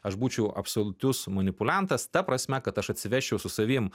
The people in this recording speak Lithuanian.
aš būčiau absoliutus manipuliantas ta prasme kad aš atsivesčiau su savim